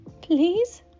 Please